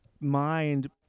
mind